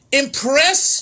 impress